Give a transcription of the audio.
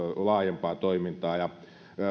laajempaa toimintaa ja